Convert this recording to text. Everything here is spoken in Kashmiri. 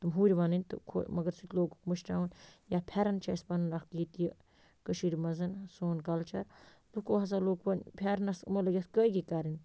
تِم ہُرۍ وَننٕۍ تہٕ خو مگر سُہ تہِ لوگُکھ مٔشراوُن یا پھٮ۪رَن چھِ اَسہِ پنُن اَکھ یہِ کہِ کٔشیٖرِ منٛز سون کلچر لُکو ہَسا لوگ وۄنۍ پھٮ۪رنَس یِمو لٲگۍ اَتھ کٲگی کَرٕنۍ